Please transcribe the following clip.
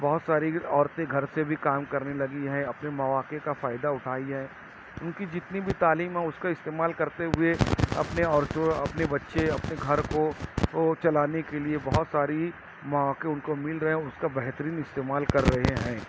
بہت ساری عورتیں گھر سے بھی کام کرنے لگی ہیں اپنے مواقع کا فائدہ اٹھائی ہیں ان کی جتنی بھی تعلیم ہے اس کا استعمال کرتے ہوئے اپنے اور جو اپنے بچے اپنے گھر کو کو چلانے کے لئے بہت ساری مواقع ان کو مل رہے ہیں اس کا بہترین استعمال کر رہے ہیں